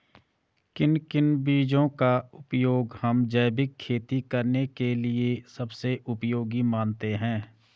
किन किन बीजों का उपयोग हम जैविक खेती करने के लिए सबसे उपयोगी मानते हैं?